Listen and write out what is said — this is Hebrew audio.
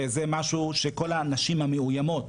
וזה משהו שכל הנשים המאוימות,